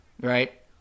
right